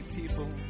people